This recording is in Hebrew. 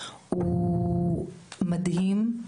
הוא מדהים,